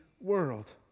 world